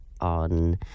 on